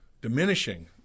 diminishing